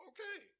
Okay